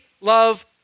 love